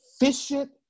efficient